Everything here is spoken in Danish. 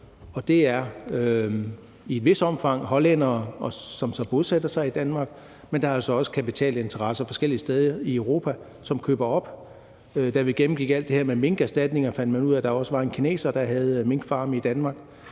Det er i et vist omfang hollændere, som så bosætter sig i Danmark, men det er altså også kapitalinteresser forskellige steder i Europa, som foretager opkøb. Da vi gennemgik alt det her med minkerstatninger, fandt man ud af, at der også var en kineser, der havde minkfarme i Danmark.